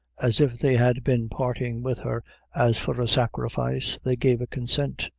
as if they had been parting with her as for a sacrifice, they gave a consent,